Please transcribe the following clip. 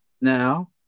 Now